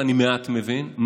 ואני מעט מבין,